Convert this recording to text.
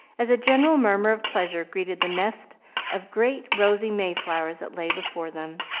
as a general murmur of pleasure greeted the nest of great, rosy mayflowers that lay before them.